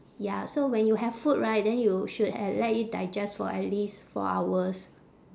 ya so when you have food right then you should h~ let it digest for at least four hours